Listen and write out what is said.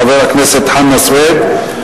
חבר הכנסת חנא סוייד,